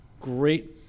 great